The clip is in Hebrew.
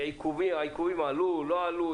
העיכובים עלו או לא עלו?